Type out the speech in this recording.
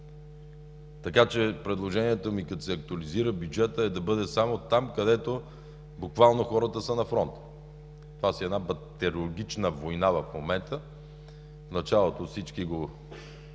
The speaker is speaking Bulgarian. така че предложението ми е, като се актуализира бюджетът, да бъде само там, където буквално хората са на фронта. Това си е една бактериологична война в момента. В началото всички го